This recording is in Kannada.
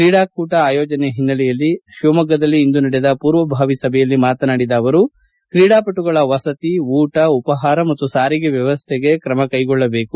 ಕ್ರೀಡಾಕೂಟ ಆಯೋಜನೆ ಹಿನ್ನೆಲೆಯಲ್ಲಿ ಶಿವಮೊಗ್ಗದಲ್ಲಿ ಇಂದು ನಡೆದ ಪೂರ್ವಭಾವಿ ಸಭೆಯಲ್ಲಿ ಮಾತನಾಡಿದ ಅವರು ಕ್ರೀಡಾಪಟುಗಳ ವಸತಿ ಊಟ ಉಪಹಾರ ಮತ್ತು ಸಾರಿಗೆ ವ್ಯವಸ್ಥೆಗ ಕ್ರಮ ಕ್ರೆಗೊಳ್ಳಬೇಕು